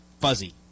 fuzzy